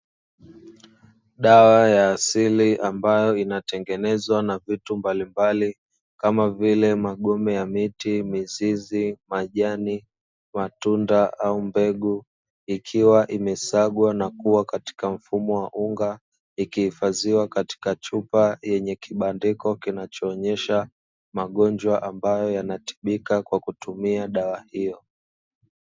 Dawa ya asili ambayo inatengenezwa na vitu mbalimbali, kama vile: magome ya miti, mizizi, majani, matunda au mbegu, ikiwa imesagwa na kuwa katika mfumo wa unga, ikihifadhiwa katika chupa yenye kibandiko kinachoonyesha magonjwa ambayo yanatibika kwa kutumia dawa hiyo.